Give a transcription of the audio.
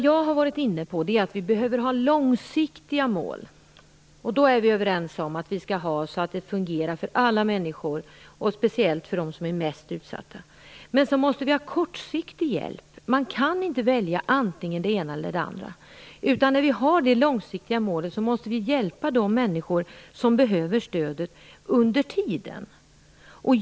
Jag har varit inne på att vi behöver ha långsiktiga mål. Vi är överens om att det skall fungera för alla människor och speciellt för dem som är mest utsatta. Men vi måste också ha kortsiktig hjälp. Man kan inte välja antingen det ena eller det andra. Har vi ett långsiktigt mål måste vi hjälpa de människor som behöver stöd under tiden.